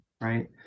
right